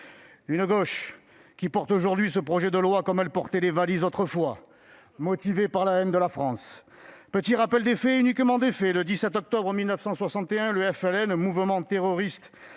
une gauche qui porte aujourd'hui cette proposition de loi, comme elle portait les valises autrefois, motivée par la haine de la France. Petit rappel des faits et uniquement des faits. Le 17 octobre 1961, le FLN, mouvement terroriste